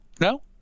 no